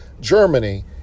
Germany